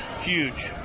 Huge